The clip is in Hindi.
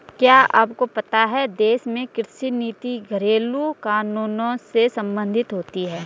क्या आपको पता है देश में कृषि नीति घरेलु कानूनों से सम्बंधित होती है?